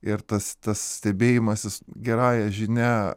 ir tas tas stebėjimasis gerąja žinia